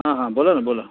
हां हां बोला ना बोला